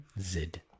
Zid